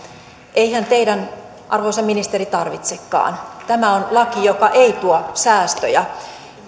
eihän teidän arvoisa ministeri tarvitsekaan tämä on laki joka ei tuo säästöjä